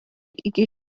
iki